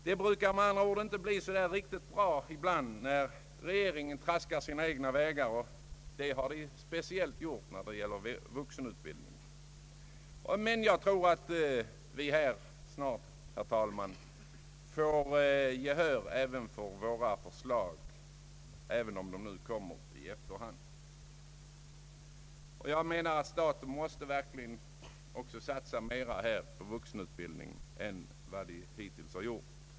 Det brukar med andra ord inte bli så bra när regeringen traskar sina egna vägar, och det har den speciellt gjort när det gäller vuxenutbildningen. Jag tror dock, herr talman, att vi snart får gehör även i detta fall för våra förslag även om det kommer i efterhand. Staten måste verkligen också satsa mera på vuxenutbildningen än vad som hittills har gjorts.